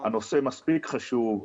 הנושא מספיק חשוב.